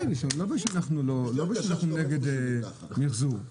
אנחנו לא נגד מיחזור.